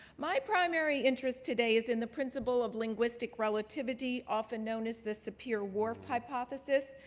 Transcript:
my primary interest today is in the principle of linguistic relativity often known as the sapir-whorf hypothesis,